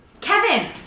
Kevin